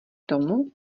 tomu